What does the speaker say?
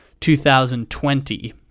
2020